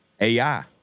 AI